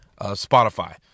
spotify